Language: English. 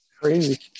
Crazy